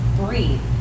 breathe